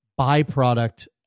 byproduct